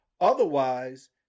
Otherwise